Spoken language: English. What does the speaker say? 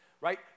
Right